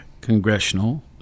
congressional